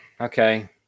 Okay